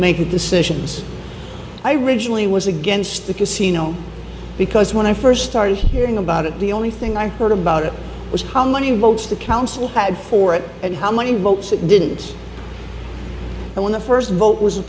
make the decisions i rigidly was against the casino because when i first started hearing about it the only thing i heard about it was how many votes the council had for it and how many votes it didn't and when the first vote was